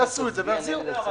שיעשו את זה ויחזירו לקונסוליה.